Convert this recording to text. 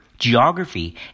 geography